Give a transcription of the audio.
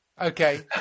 Okay